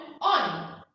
on